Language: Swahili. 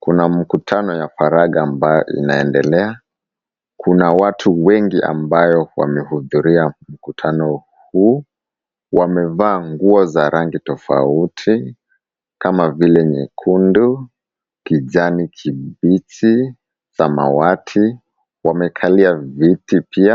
Kuna mkutano wa faragha ambao unaendelea. Kuna watu wengi ambayo wamehudhuria mkutano huu. Wamevaa nguo za rangi tofauti, kama vile nyekundu, kijani kibichi, samawati. Wamekalia viti pia.